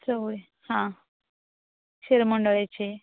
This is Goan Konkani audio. चवळें हां शिरमंडूळेची